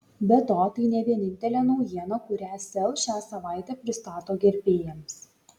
be to tai ne vienintelė naujiena kurią sel šią savaitę pristato gerbėjams